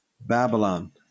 Babylon